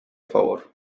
favor